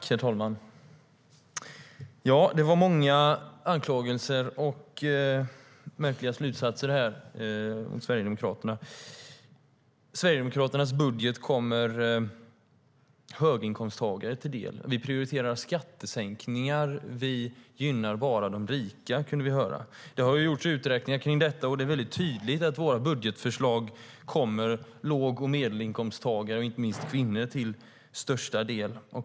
Herr talman! Det var många anklagelser och märkliga slutsatser om Sverigedemokraterna. Vi kunde höra att Sverigedemokraternas budget kommer höginkomsttagarna till del, att vi prioriterar skattesänkningar och att vi bara gynnar de rika. Det har gjorts uträkningar om det, och det är tydligt att våra budgetförslag kommer låg och medelinkomsttagare, inte minst kvinnor, mest till del.